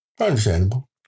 Understandable